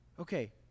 Okay